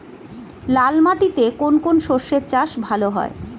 লাল মাটিতে কোন কোন শস্যের চাষ ভালো হয়?